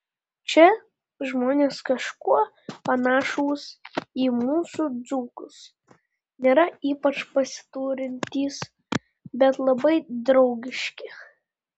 čia žmonės kažkuo panašūs į mūsų dzūkus nėra ypač pasiturintys bet labai draugiški